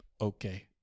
Okay